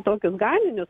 tokius gaminius